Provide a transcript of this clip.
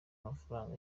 mafaranga